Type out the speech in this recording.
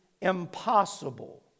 impossible